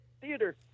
theater